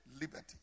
liberty